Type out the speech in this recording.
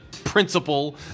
Principle